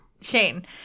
Shane